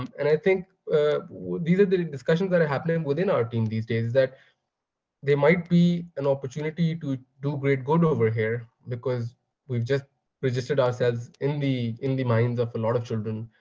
and i think these are the discussions that are happening within our team these days. that there might be an opportunity to do great good over here, because we've just registered ourselves in the in the minds of a lot of children.